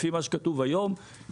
לפי מה שכתוב היום,